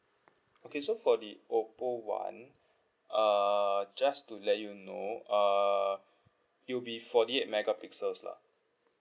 okay so for the oppo [one] uh just to let you know uh it'll be forty eight megapixels lah